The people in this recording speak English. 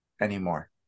anymore